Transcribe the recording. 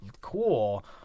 cool